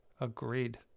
Agreed